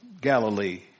Galilee